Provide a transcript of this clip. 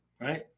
right